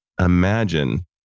imagine